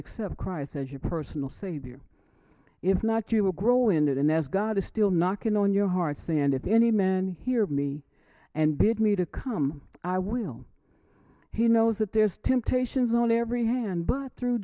accept christ as your personal savior if not you will grow into it and as god is still knocking on your heart sand if any man hear me and bid me to come i will he knows that there's temptations on every hand but through